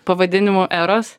pavadinimu eros